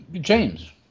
James